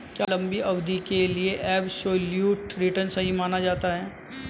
क्या लंबी अवधि के लिए एबसोल्यूट रिटर्न सही माना जाता है?